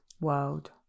world